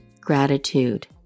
gratitude